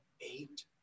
eight